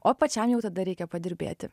o pačiam jau tada reikia padirbėti